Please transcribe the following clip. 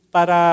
Para